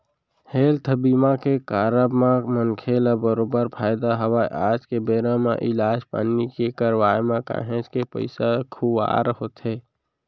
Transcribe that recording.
health बीमा के कारब म मनखे ल बरोबर फायदा हवय आज के बेरा म इलाज पानी के करवाय म काहेच के पइसा खुवार होथे